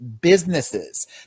businesses